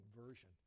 version